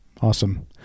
Awesome